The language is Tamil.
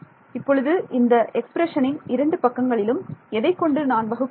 இப்பொழுது இந்த எக்ஸ்பிரஷனின் இரண்டு பக்கங்களிலும் எதைக்கொண்டு நான் வகுக்க வேண்டும்